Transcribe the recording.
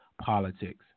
politics